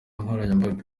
nkoranyambaga